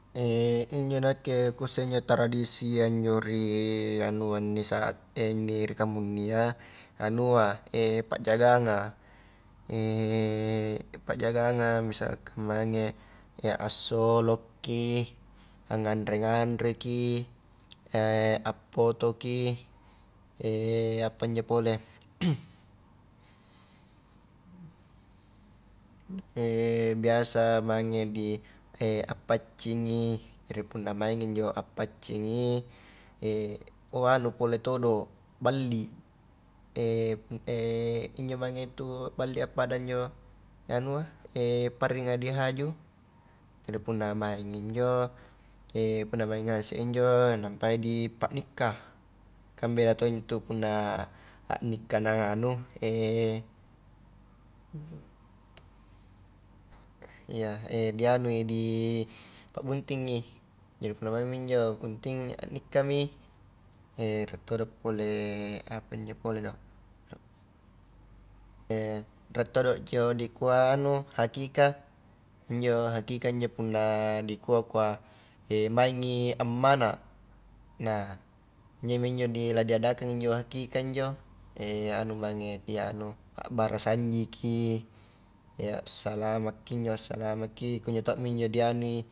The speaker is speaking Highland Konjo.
injo nakke kuisse injo tradisia injo ri anua inni saat inni ri kamunnea, anua pajanganga pajanganga misalkan mange assolokki, anganre-nganreki appotoki, apanjo pole, biasa mange di appaccingi, jari punna maingi injo appaccingi oh anu pole todo balli, pu injo mange to a balli a pada injo anua parringa di haju, jadi punna maingmi injo, punna maing ngase i injo, nampai di pa nikkah, kan beda tongi intu punna a nikkah nah anu, ya dianui, dipabuntingi, jadi punna maimmi injo bunting, a nikkami, rie todo pole apanjo pole do rie todo njo dikua anu hakikah, injo hakikah injo punna dikua-kua maingi ammana, nah injomi injo di la diadakan injo hakikah injo, anu mange dianu a barasanjiki, assalamakki injo assalamakki kunjo to mi injo dianui.